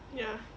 ya